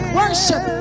worship